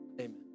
amen